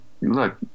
look